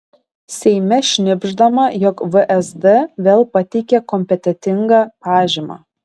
seime šnibždama jog vsd vėl pateikė kompetentingą pažymą